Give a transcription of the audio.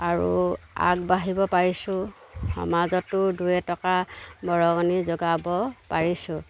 আৰু আগবাঢ়িব পাৰিছোঁ সমাজতো দুই এটকা বৰঙণি যোগাব পাৰিছোঁ